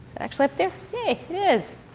actually up there? yay. it is.